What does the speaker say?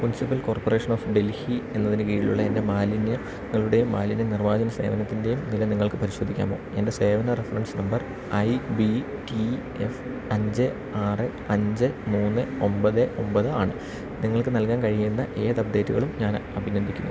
municipal corporation of Delhi എന്നതിന് കീഴിലുള്ള എൻ്റെ മാലിന്യങ്ങളുടെയും മാലിന്യ നിർമ്മാർജ്ജന സേവനത്തിൻ്റെയും നില നിങ്ങൾക്ക് പരിശോധിക്കാമോ എൻ്റെ സേവന reference number I B T F അഞ്ച് ആറ് അഞ്ച് മൂന്ന് ഒൻപത് ഒൻപത് ആണ് നിങ്ങൾക്ക് നൽകാൻ കഴിയുന്ന ഏത് അപ്ഡേറ്റുകളും ഞാൻ അഭിനന്ദിക്കുന്നു